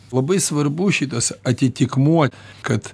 labai svarbu šitas atitikmuo kad